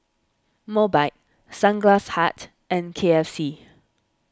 Mobike Sunglass Hut and K F C